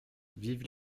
vive